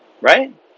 Right